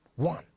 One